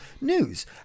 news